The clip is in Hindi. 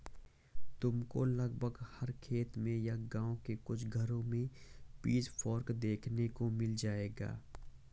तुमको लगभग हर खेत में या गाँव के कुछ घरों में पिचफोर्क देखने को मिल जाएगा